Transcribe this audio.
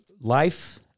life